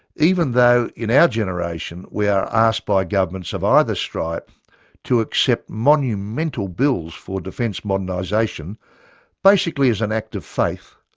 even though in our generation we are asked by governments of either stripe to accept monumental bills for defence modernisation basically as an act of faith,